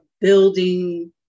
building